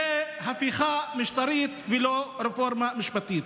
זו הפיכה משטרית ולא רפורמה משפטית.